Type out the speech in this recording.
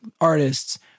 artists